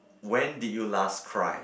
when did you last cry